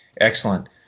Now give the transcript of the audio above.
Excellent